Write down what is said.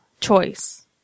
choice